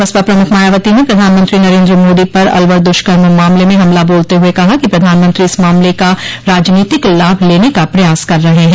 बसपा प्रमुख मायावती ने प्रधानमंत्री नरेन्द्र मोदी पर अलवर द्ष्कर्म मामले में हमला बोलते हुए कहा कि प्रधानमंत्री इस मामले का राजनीतिक लाभ लेने का प्रयास कर रहे हैं